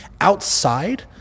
outside